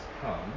come